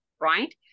right